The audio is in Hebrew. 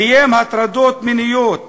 ביים הטרדות מיניות,